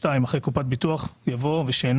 (2) אחרי "קופת ביטוח" יבוא "ושאינה